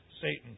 Satan